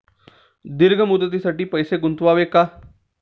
दीर्घ मुदतीसाठी पैसे गुंतवावे का?